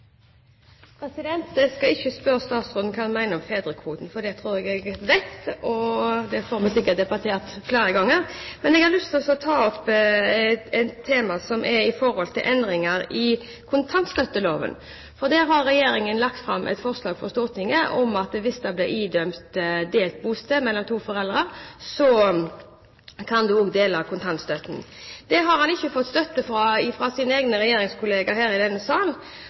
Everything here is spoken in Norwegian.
replikkordskifte. Jeg skal ikke spørre statsråden om hva han mener om fedrekvoten, for det tror jeg at jeg vet, og det får vi sikkert debattert flere ganger. Jeg har lyst til å ta opp et tema som gjelder endringer i kontantstøtteloven. Regjeringen har lagt fram et forslag for Stortinget om at hvis det blir idømt delt bosted mellom to foreldre, kan de også dele kontantstøtten. Det har statsråden ikke fått støtte til fra sine egne i regjeringspartiene her i denne